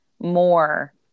more